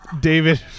David